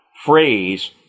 phrase